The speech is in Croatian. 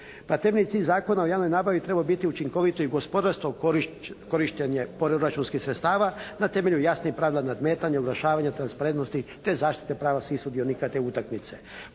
Pa temeljni cilj Zakona o javnoj nabavi je trebao biti učinkovito i gospodarsko korištenje podobračunskih sredstava na temelju jasnih pravila nadmetanja, oglašavanja, transparentnosti te zaštite prava svih sudionika te utakmice.